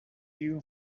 you